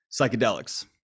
psychedelics